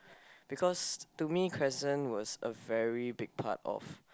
because to me Crescent was a very big part of